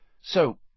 So